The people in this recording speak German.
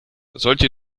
sollte